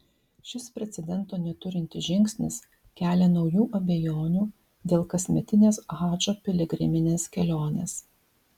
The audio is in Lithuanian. šis precedento neturintis žingsnis kelia naujų abejonių dėl kasmetinės hadžo piligriminės kelionės